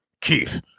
Keith